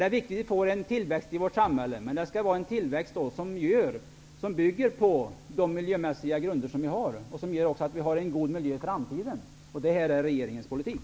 Det är viktigt att vi får en tillväxt i samhället, men det skall vara en tillväxt somt bygger på de miljömässiga grunder som vi har och som gör att vi har en god miljö i framtiden. Det är regeringens politik.